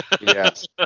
Yes